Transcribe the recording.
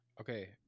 Okay